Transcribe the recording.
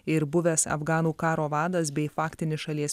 ir buvęs afganų karo vadas bei faktinis šalies